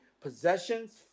possessions